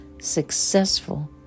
successful